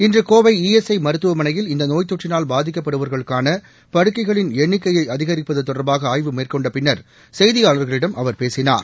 இன்று Kovai E S I மருத்துவமனையில் இந்த நோய் தொற்றினால் பாதிக்கப்படுபவர்களுக்கான படுக்கைகளின் எண்ணிக்கையை அதிகிப்பது தொடர்பாக ஆய்வு மேற்கொண்ட பின்னர் செய்தியாளர்களிடம் அவர் பேசினார்